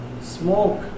smoke